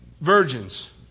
Virgins